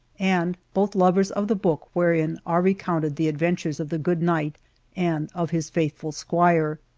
and both lovers of the book wherein are recounted the adventures of the good knight and of his faith ful squire.